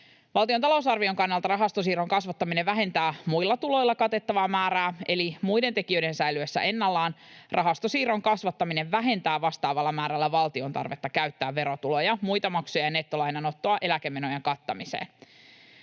Valtion talousarvion kannalta rahastosiirron kasvattaminen vähentää muilla tuloilla katettavaa määrää, eli muiden tekijöiden säilyessä ennallaan rahastosiirron kasvattaminen vähentää vastaavalla määrällä valtion tarvetta käyttää verotuloja, muita maksuja ja nettolainanottoa eläkemenojen kattamiseen.